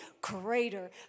greater